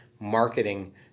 marketing